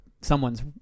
someone's